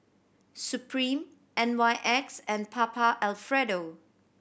Supreme N Y X and Papa Alfredo